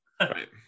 Right